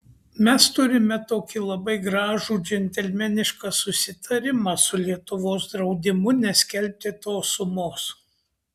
mes turime tokį labai gražų džentelmenišką susitarimą su lietuvos draudimu neskelbti tos sumos